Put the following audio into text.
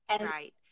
Right